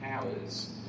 powers